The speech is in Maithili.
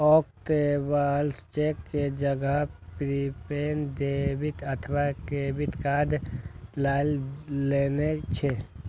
आब ट्रैवलर्स चेक के जगह प्रीपेड डेबिट अथवा क्रेडिट कार्ड लए लेने छै